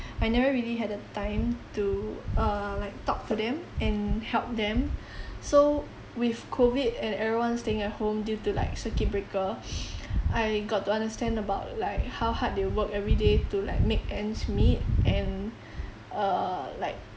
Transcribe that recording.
I never really had the time to err like talk to them and help them so with COVID and everyone staying at home due to like circuit breaker I got to understand about like how hard they work everyday to like make ends meet and uh like